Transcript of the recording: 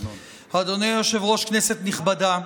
אדוני היושב-ראש, כנסת נכבדה,